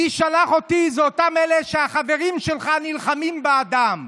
מי ששלח אותי זה אותם אלה שהחברים שלך נלחמים בעדם.